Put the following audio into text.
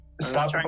Stop